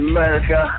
America